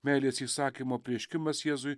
meilės įsakymo apreiškimas jėzui